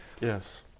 Yes